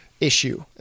Issue